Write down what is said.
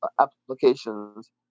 applications